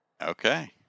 Okay